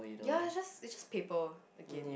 ya it's just it's just paper again